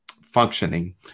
functioning